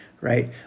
right